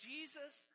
Jesus